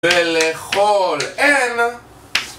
ולכל n